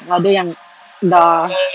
ada yang dah